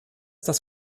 dass